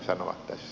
se siitä